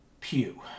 Pew